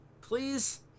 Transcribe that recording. Please